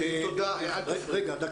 זאת אומרת, הם